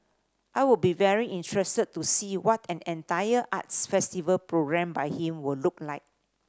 I would be very interested to see what an entire arts festival programmed by him would look like